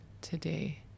today